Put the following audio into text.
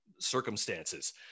circumstances